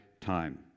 time